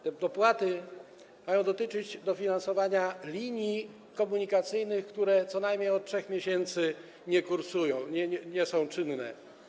Te dopłaty mają dotyczyć dofinansowania linii komunikacyjnych, które co najmniej od 3 miesięcy nie kursują, nie są czynne.